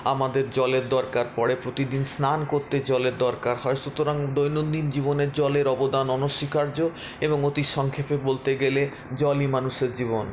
আমাদের জলের দরকার পড়ে প্রতিদিন স্নান করতে জলের দরকার হয় সুতরাং দৈনন্দিন জীবনে জলের অবদান অনস্বীকার্য এবং অতি সংক্ষেপে বলতে গেলে জলই মানুষের জীবন